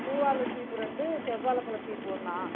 பூவாழை சீப்பு ரெண்டு செவ்வாழை பழ சீப்பு ஒன்றா